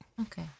Okay